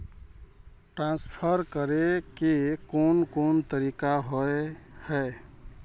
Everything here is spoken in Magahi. ट्रांसफर करे के कोन कोन तरीका होय है?